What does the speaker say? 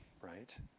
right